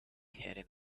heading